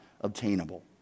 obtainable